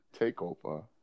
Takeover